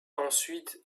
ensuite